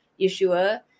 Yeshua